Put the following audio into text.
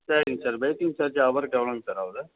சரிங்க sir waiting charge ஹவருக்கு எவ்ளோங்க சார் ஆவுது